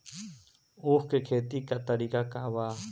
उख के खेती का तरीका का बा?